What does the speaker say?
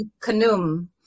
Kanum